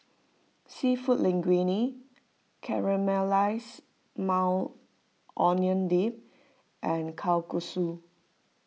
Seafood Linguine Caramelized Maui Onion Dip and Kalguksu